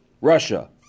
Russia